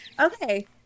okay